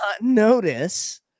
notice